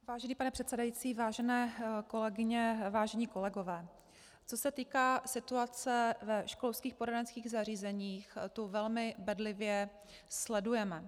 Vážený pane předsedající, vážené kolegyně, vážení kolegové, co se týká situace ve školských poradenských zařízeních, tu velmi bedlivě sledujeme.